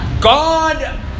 God